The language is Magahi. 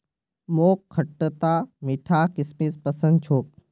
मोक खटता मीठा किशमिश पसंद छोक